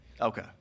Okay